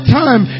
time